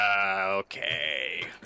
Okay